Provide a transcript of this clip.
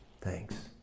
thanks